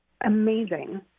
amazing